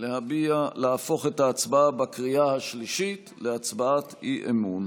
להפוך את ההצבעה בקריאה השלישית להצבעת אי-אמון.